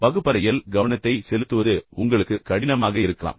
வகுப்பறையில் உங்கள் கவனத்தை செலுத்துவது உங்களுக்கு கடினமாக இருக்கலாம்